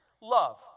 love